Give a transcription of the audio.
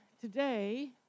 Today